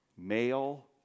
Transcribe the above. Male